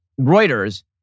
Reuters